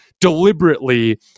deliberately